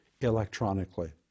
electronically